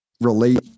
relate